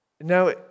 Now